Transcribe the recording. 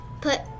put